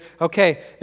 okay